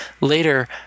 Later